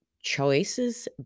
choices